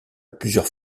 plusieurs